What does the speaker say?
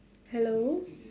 hello